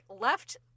left